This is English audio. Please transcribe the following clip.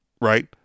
right